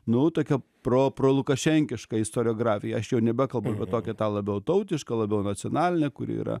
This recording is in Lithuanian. nu tokia pro prolukašenkiška istoriografija aš jau nebekalbu apie tokią tą labiau tautišką labiau nacionalinę kuri yra